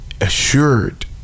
assured